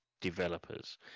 Developers